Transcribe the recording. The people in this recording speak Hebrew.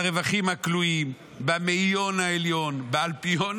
מהרווחים הכלואים, במאיון העליון, באלפיון